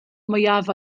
mwyaf